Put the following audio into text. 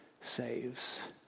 saves